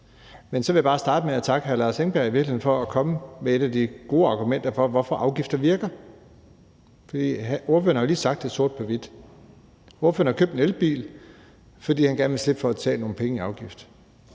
Men så vil jeg bare starte med at takke hr. Lars Edberg for i virkeligheden at komme med et af de gode argumenter for, hvorfor afgifter virker. Ordføreren har jo lige sagt det sort på hvidt. Ordføreren har købt en elbil, fordi han gerne vil slippe for at betale nogle penge i afgift.